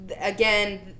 again